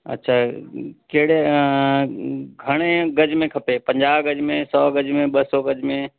अच्छा कहिड़े घणे गज़ में खपे पंजाह गज़ में सौ गज़ में ॿ सौ गज़ में